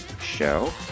show